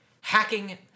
Hacking